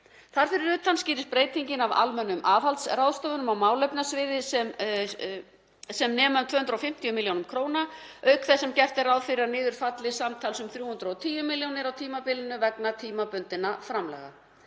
Þar fyrir utan skýrist breytingin af almennum aðhaldsráðstöfunum á málefnasviði sem nema um 250 millj. kr. auk þess sem gert er ráð fyrir að niður falli samtals um 310 millj. kr. á tímabilinu vegna tímabundinna framlaga.